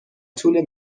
طول